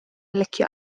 licio